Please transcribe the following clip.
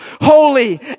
holy